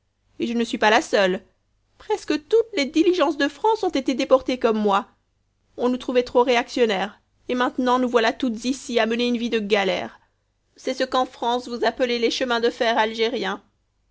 et je ne suis pas la seule presque toutes les diligences de france ont été déportées comme moi on nous trouvait trop réactionnaires et maintenant nous voilà toutes ici à mener une vie de galère c'est ce qu'en france vous appelez les chemins de fer algériens